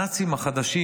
הנאצים החדשים,